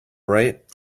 right